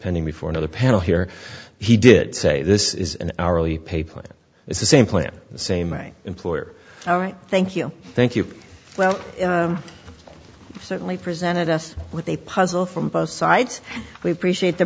pending before another panel here he did say this is an hourly pay plan it's the same plan the same employer all right thank you thank you well certainly presented us with a puzzle from both sides we appreciate the